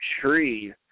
tree